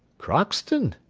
crockston!